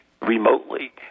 remotely